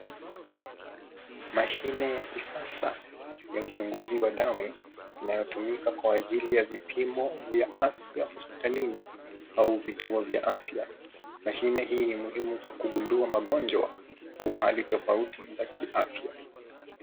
Mashine ya kisasa ya uchunguzi wa damu inayotumika kwa ajili ya vipimo vya afya hospitalini au vituo vya afya. Mashine hii ni muhimu kwa kugundua magonjwa au hali tofauti za kiafya.